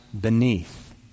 beneath